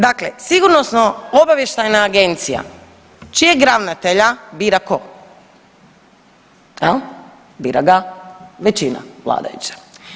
Dakle, Sigurnosno obavještajna agencija čijeg ravnatelja bira tko, jel bira ga većina vladajuća.